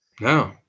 No